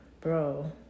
bro